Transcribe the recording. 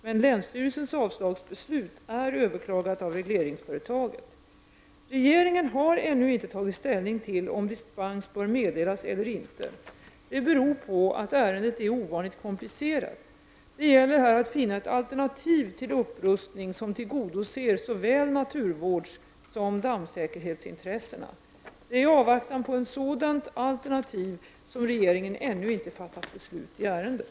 Men länsstyrelsens avslagsbeslut är överklagat av regleringsföretaget. Regeringen har ännu inte tagit ställning till om dispens bör meddelas eller inte. Det beror på att ärendet är ovanligt komplicerat. Det gäller här att finna ett alternativ till upprustning som tillgodoser såväl naturvårdssom dammsäkerhetsintressena. Det är i avvaktan på ett sådant alternativ som regeringen ännu inte har fattat beslut i ärendet.